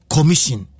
Commission